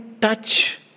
touch